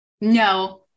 No